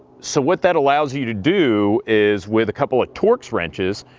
so what that allows you you to do, is with a couple of torques wrenches,